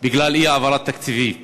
בגלל אי-העברת תקציבים לרשויות.